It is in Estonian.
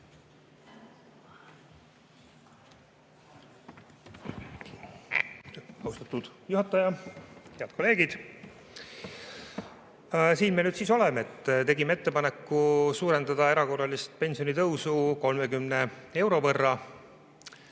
Siin me nüüd siis oleme. Tegime ettepaneku suurendada erakorralist pensionitõusu 30 euro võrra.